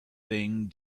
thing